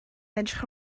edrych